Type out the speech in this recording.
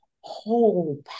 whole